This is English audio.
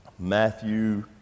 Matthew